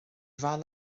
mhaith